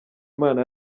imana